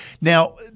Now